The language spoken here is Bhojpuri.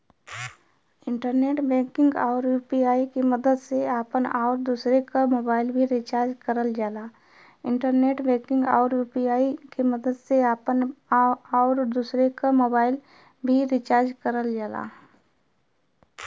इंटरनेट बैंकिंग आउर यू.पी.आई के मदद से आपन आउर दूसरे क मोबाइल भी रिचार्ज करल जाला